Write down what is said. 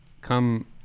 come